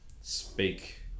speak